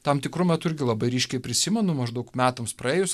tam tikru metu irgi labai ryškiai prisimenu maždaug metams praėjus